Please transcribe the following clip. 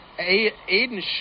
Aiden